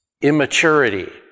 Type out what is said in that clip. immaturity